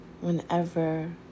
whenever